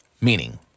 Meaning